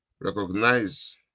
Recognize